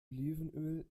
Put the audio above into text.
olivenöl